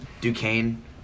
Duquesne